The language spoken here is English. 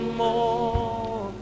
more